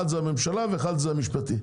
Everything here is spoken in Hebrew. אחד זה הממשלה ואחד המשפטית.